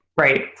Right